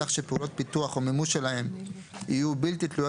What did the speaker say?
כך שפעולות פיתוח או מימוש שלהם יהיו בלתי תלויות